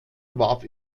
warf